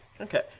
Okay